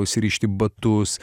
užsirišti batus